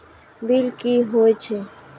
Bill की हौए छै?